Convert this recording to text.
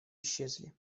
исчезли